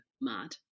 mad